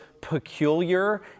peculiar